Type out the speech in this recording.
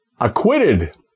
acquitted